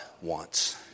wants